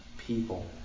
people